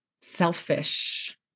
selfish